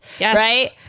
right